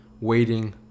waiting